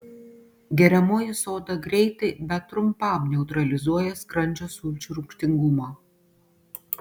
geriamoji soda greitai bet trumpam neutralizuoja skrandžio sulčių rūgštingumą